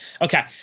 Okay